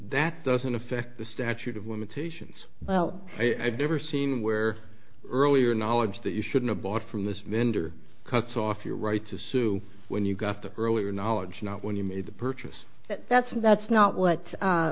that doesn't affect the statute of limitations well i've never seen where earlier knowledge that you shouldn't a bought from this vendor cuts off your right to sue when you got the earlier knowledge not when you made the purchase but that's that's not what